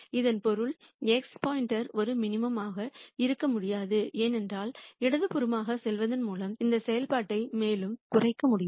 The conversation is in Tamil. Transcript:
இதன் பொருள் x ஒரு மினிமைசராக இருக்க முடியாது ஏனென்றால் இடதுபுறமாகச் செல்வதன் மூலம் இந்த செயல்பாட்டை மேலும் குறைக்க முடியும்